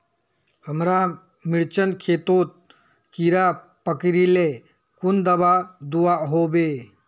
हमार मिर्चन खेतोत कीड़ा पकरिले कुन दाबा दुआहोबे?